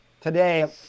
today